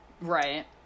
right